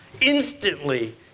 instantly